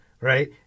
Right